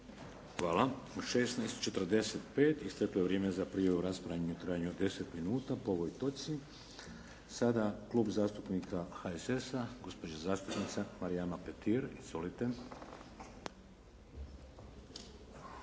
Hvala. U 16,45 isteklo je vrijeme za prijavu rasprave u trajanju od 10 minuta po ovoj točci. Sada Klub zastupnika HSS-a, gospođa zastupnica Marijana Petir. Izvolite.